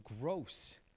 gross